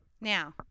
now